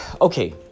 okay